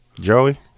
Joey